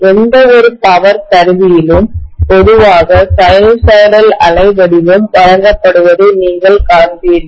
எந்தவொரு பவர் கருவியிலும் பொதுவாக சைனூசாய்டல் அலைவடிவம் வழங்கப்படுவதை நீங்கள் காண்பீர்கள்